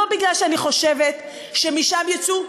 לא מפני שאני חושבת שמשם יצאו,